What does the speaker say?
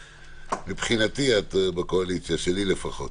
מבחינתי את בקואליציה, שלי לפחות.